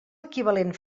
equivalent